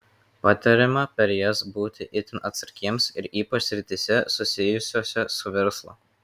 patariama per jas būti itin atsargiems ir ypač srityse susijusiose su verslu